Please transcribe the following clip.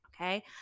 okay